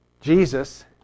Jesus